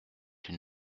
une